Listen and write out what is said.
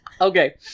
Okay